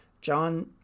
John